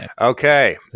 Okay